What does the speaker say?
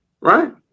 right